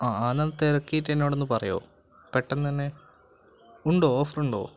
ആ ആ എന്നാൽ തിരക്കിയിട്ട് എന്നോട് ഒന്ന് പറയുമോ പെട്ടെന്ന് തന്നെ ഉണ്ടോ ഓഫർ ഉണ്ടോ